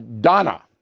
Donna